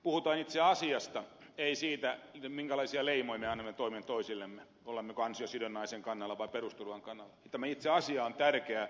puhutaan itse asiasta ei siitä minkälaisia leimoja me annamme toinen toisillemme olemmeko ansiosidonnaisen kannalla vai perusturvan kannalla tämä itse asia on tärkeä